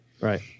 Right